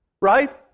Right